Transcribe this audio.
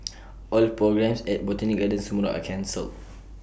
all programmes at Botanic gardens tomorrow are cancelled